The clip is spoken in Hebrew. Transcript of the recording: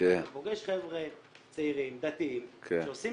אתה פוגש חבר'ה צעירים דתיים שעושים